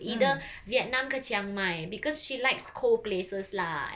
either vietnam ke chiang mai because she likes cold places lah